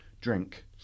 drink